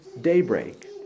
daybreak